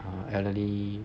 err elderly